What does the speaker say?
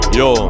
yo